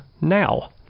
now